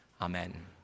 Amen